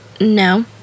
No